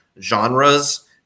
genres